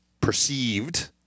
perceived